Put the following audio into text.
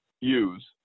use